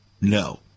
No